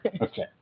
Okay